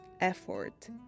effort